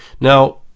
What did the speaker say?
Now